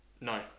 No